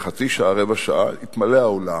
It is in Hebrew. חצי שעה, רבע שעה, יתמלא האולם,